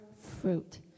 fruit